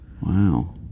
Wow